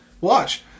Watch